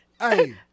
Hey